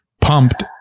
pumped